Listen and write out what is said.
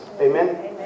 Amen